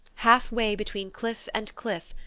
half way between cliff and cliff,